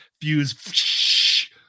fuse